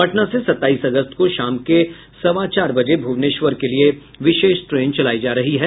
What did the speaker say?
पटना से सत्ताईस अगस्त को शाम के सवा चार बजे भुवनेश्वर के लिये विशेष ट्रेन चलायी जा रही है